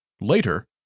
Later